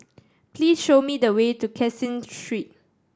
please show me the way to Caseen Street